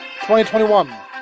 2021